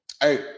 Hey